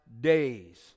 days